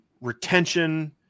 retention